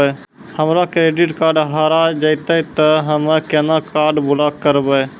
हमरो credit card हेरा जेतै ते हम्मय केना कार्ड ब्लॉक करबै?